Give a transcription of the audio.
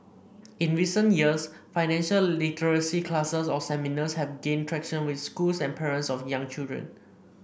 in recent years financial literacy classes or seminars have gained traction with schools and parents of young children